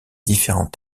différents